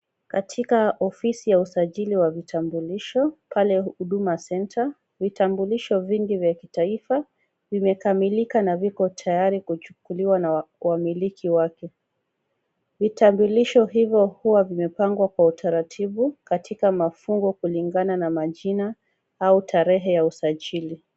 Katika ofisi ya usajili wa vitambulisho pale Huduma Center ,vitambulisho vingi vya kitaifa vimekamilika na viko tayari kuchukuliwa na wamiliki wake ,, vitambulisho hivyo uwa vimepangwa kwa utaratibu katika mafungo kulingana na majina au tarehe ya usajili.